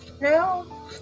No